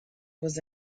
was